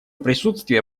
присутствие